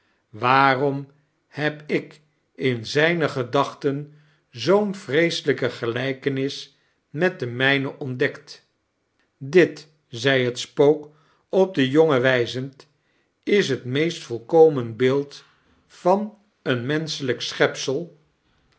waarom heb ik in zijne gedachten zoo'n vreeselijke gelijkenis met de mijne ontdekt dit zei het spook op den jongen wijzend is het meest volkomen beeld van een menschelijk